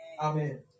Amen